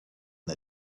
the